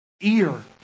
ear